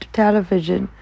television